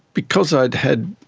because i had had